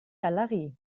galerie